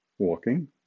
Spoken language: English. walking